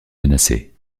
menacée